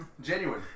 Genuine